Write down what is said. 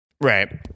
Right